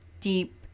deep